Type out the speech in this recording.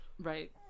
Right